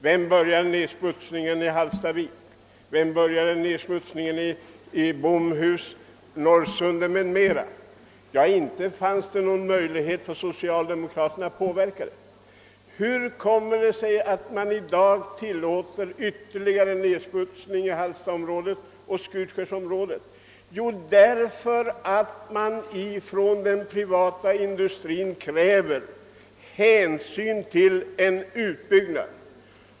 Vem började den i Hallstavik? Vem började nedsmutsningen i Bomhus, i Norrsundet m.m.? Ja, inte fanns det någon möjlighet för socialdemokraterna att den tiden påverka utvecklingen. Hur kommer det sig att man i dag tillåter ytterligare nedsmutsning i Hallstaviksområdet och Skutskärsområdet? Jo, från den privata industrin kräver man att hänsyn skall tas till en utbyggnad.